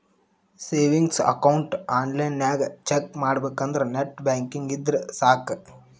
savings account ಆನ್ಲೈನ್ನ್ಯಾಗ check ಮಾಡಬೇಕಂದ್ರ net banking ಇದ್ರೆ ಸಾಕ್